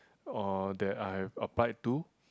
oh that I have applied to